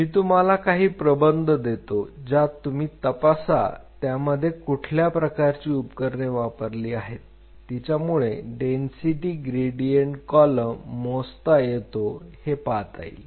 मी तुम्हाला काही प्रबंध देतो त्यात तुम्ही तपासा त्यामध्ये कुठल्या प्रकारची उपकरणे वापरली आहे तिच्यामुळे डेन्सिटी ग्रेडियंट कॉलम मोजता येतो हे पाहता येईल